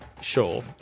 Sure